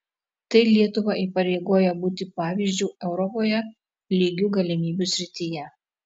tai lietuvą įpareigoja būti pavyzdžiu europoje lygių galimybių srityje